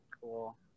cool